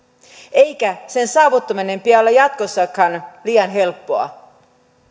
eikä sen saavuttamisen pidä olla jatkossakaan liian helppoa